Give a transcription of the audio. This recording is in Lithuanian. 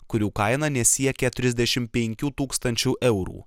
kurių kaina nesiekia trisdešim penkių tūkstančių eurų